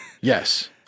Yes